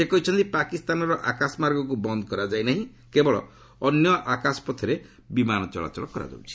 ସେ କହିଛନ୍ତି ପାକିସ୍ତାନର ଆକାଶମାର୍ଗକ୍ ବନ୍ଦ କରାଯାଇ ନାହିଁ କେବଳ ଅନ୍ୟ ଆକାଶପଥରେ ବିମାନ ଚଳାଚଳ କରଯାଉଛି